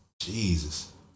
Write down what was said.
Jesus